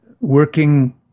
working